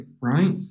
right